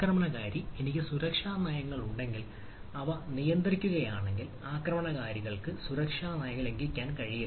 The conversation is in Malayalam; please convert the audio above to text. ആക്രമണകാരി എനിക്ക് സുരക്ഷാ നയങ്ങൾ ഉണ്ടെങ്കിൽ അത് നിയന്ത്രിക്കുകയാണെങ്കിൽ ആക്രമണകാരികൾക്ക് സുരക്ഷാ നയങ്ങൾ ലംഘിക്കാൻ കഴിയില്ല